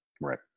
Right